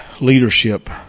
leadership